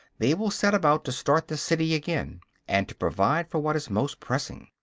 they will set about to start the city again and to provide for what is most pressing.